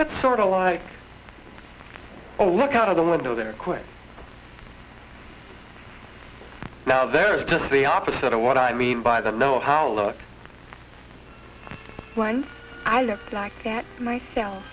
but sorta like oh look out of the window they're quits now there is just the opposite of what i mean by the know how look when i looked like that myself